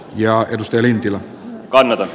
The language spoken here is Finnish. ja jos elintila kanada